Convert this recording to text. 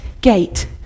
gate